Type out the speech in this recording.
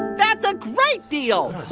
that's a great deal